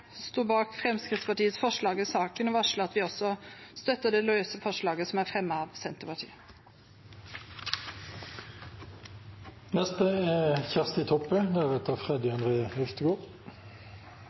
bak Fremskrittspartiets forslag i saken og varsle at vi også støtter det løse forslaget som er fremmet av